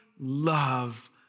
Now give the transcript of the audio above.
love